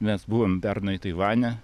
mes buvom pernai taivane